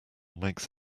makes